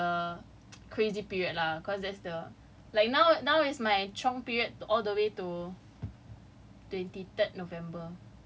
two eh no week six that's the crazy period lah cause that's the like now now is my chiong period all the way to